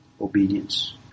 obedience